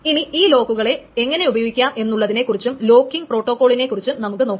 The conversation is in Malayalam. ഇനി ഈ ലോക്കുകളെ എങ്ങനെ ഉപയോഗിക്കാം എന്നുള്ളതിനെ കുറിച്ചും ലോക്കിങ്ങ് പ്രോട്ടോകോളിനെ കുറിച്ചും നമുക്ക് നോക്കാം